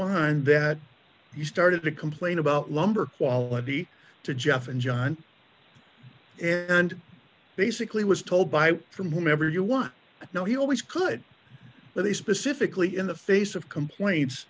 find that you started to complain about lumber quality to jeff and john and basically was told by from whomever you want know he always could but he specifically in the face of complaints